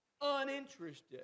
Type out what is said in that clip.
uninterested